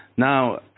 Now